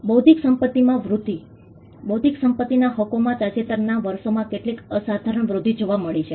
બૌદ્ધિક સંપત્તિમાં વૃદ્ધિ બૌદ્ધિક સંપત્તિના હકોમાં તાજેતરના વર્ષોમાં કેટલીક અસાધારણ વૃદ્ધિ જોવા મળી છે